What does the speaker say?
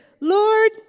Lord